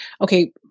okay